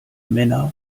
männer